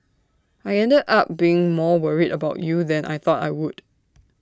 I ended up being more worried about you than I thought I would